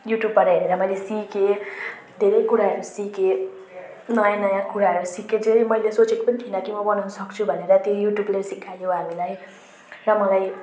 युट्युबाट हेरेर मैले सिकेँ धेरै कुराहरू सिकेँ नयाँ नयाँ कुराहरू सिकेर चाहिँ मैले सोचेको पनि थिइनँ कि म बनाउनु सक्छु भनेर त्यही युट्युबले सिकायो हामीलाई र मलाई